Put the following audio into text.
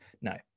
no